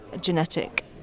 genetic